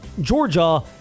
Georgia